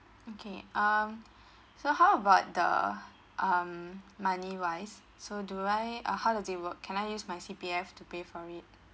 okay uh so how about the um money wise so do I uh how do they work can I use my C_P_F to pay for it